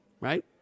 Right